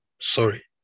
Sorry